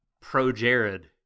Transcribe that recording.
pro-Jared